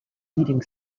leading